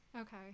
okay